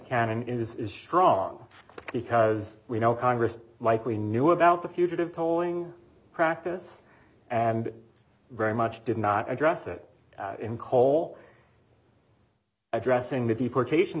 can and it is strong because we know congress likely knew about the fugitive tolling practice and very much did not address it in cole addressing the deportation